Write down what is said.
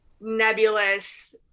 nebulous